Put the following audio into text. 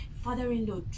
father-in-law